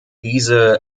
diese